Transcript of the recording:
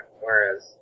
whereas